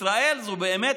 ישראל זו באמת